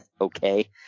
Okay